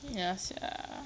ya sia